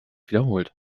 wiederholt